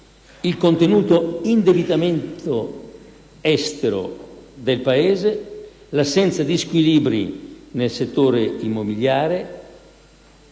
il contenuto indebitamento estero del Paese, l'assenza di squilibri nel settore immobiliare,